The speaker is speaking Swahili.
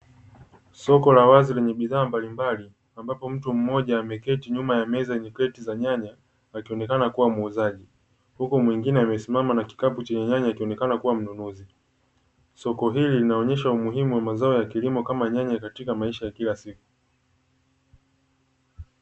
Soko la wazi lenye bidhaa mbalimbali ambapo mtu mmoja ameketi nyuma ya meza yenye kreti za nyanya akionekana kuwa muuzaji, huku mwingine amesimama na kikapu chenye nyanya akionekana kuwa mnunuzi. Soko hili linaonyesha umuhimu wa mazao ya kilimo kama nyanya katika maisha ya kila siku.